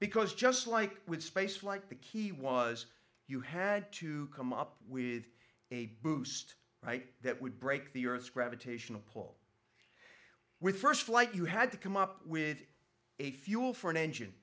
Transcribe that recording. because just like with space flight the key was you had to come up with a boost right that would break the earth's gravitational pull with first flight you had to come up with a fuel for an engine